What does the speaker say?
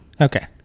Okay